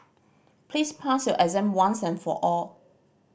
please pass your exam once and for all